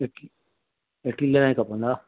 इडली लाइ खपंदा